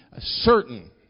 certain